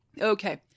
Okay